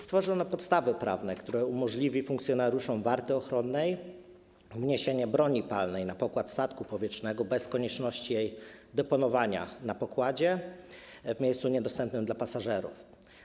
Stworzono podstawy prawne, które umożliwią funkcjonariuszom warty ochronnej wniesienie broni palnej na pokład statku powietrznego bez konieczności jej deponowania na pokładzie, w miejscu niedostępnym dla pasażerów.